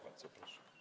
Bardzo proszę.